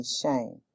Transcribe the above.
shame